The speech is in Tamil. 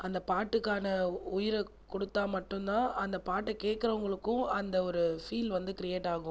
அந்த பாட்டுக்கான உயிரை கொடுத்தா மட்டும் தான் அந்த பாட்டுக் கேட்குறவங்களுக்கும் அந்த ஒரு ஃபீல் வந்து க்ரியேட் ஆகும்